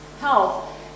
health